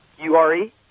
U-R-E